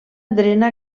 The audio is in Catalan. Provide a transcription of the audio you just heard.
drena